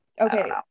okay